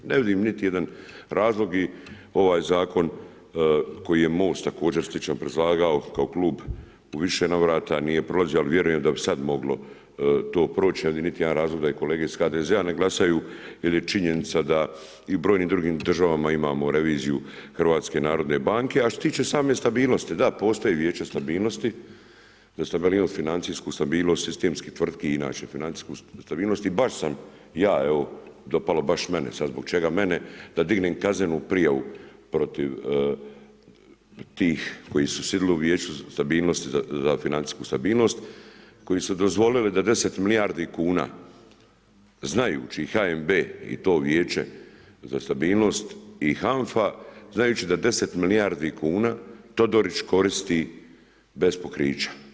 Ne vidim niti jedan razlog i ovaj zakon koji je MOST također slično predlagao kao klub u više navrata nije prolazio ali vjerujem da bi sad moglo to proći, ne vidim niti jedan razlog da kolege iz HDZ-a ne glasaju je je činjenica da i u brojnim drugim državama imamo reviziju HNB-a a što se tiče same stabilnosti, da, postoji Vijeće stabilnost, za stabilnost financijsku, stabilnost sistemskih tvrtki i inače financijsku stabilnost i baš sam ja, evo dopalo baš mene, sad zbog čega mene, da dignem kaznenu prijavu protiv tih koji su sjedili Vijeću za stabilnosti i za financijsku stabilnosti, koji su dozvolili da 10 milijardi kuna, znajući HNB i to Vijeće za stabilnost i HANFA, znajući da 10 milijardi kuna Todorić koristi bez pokrića.